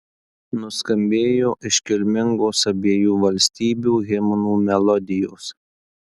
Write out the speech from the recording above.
nuskambėjo iškilmingos abiejų valstybių himnų melodijos